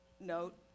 note